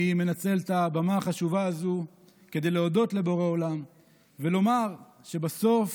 אני מנצל את הבמה החשובה הזאת כדי להודות לבורא עולם ולומר שבסוף,